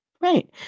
Right